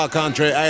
Country